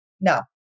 No